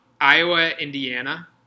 Iowa-Indiana